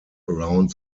around